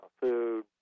food